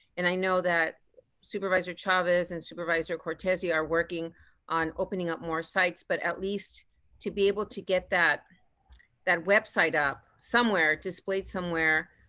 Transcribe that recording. and i know that supervisor chavez and cortese are working on opening up more sites, but at least to be able to get that that website up somewhere displayed somewhere,